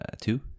two